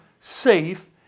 safe